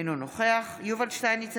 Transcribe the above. אינו נוכח יובל שטייניץ,